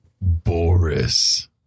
boris